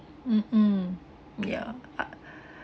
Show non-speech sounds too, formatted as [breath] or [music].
mm mm yeah uh [breath]